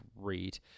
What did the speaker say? great